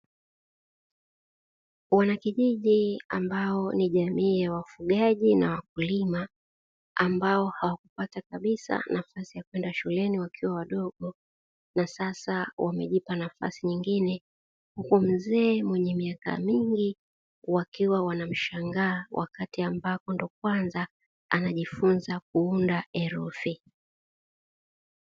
Wanakijiji ambao ni jamii ya wafugaji na wakulima, ambao hawakupata kabisa nafasi ya kwenda shuleni wakiwa wadogo na sasa wamejipa nafasi nyingine, huku mzee mwenye miaka mingi wakiwa wanamshangaa wakati ambapo ndo kwanza anajifunza kuunda herufi.